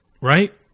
right